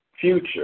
future